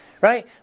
right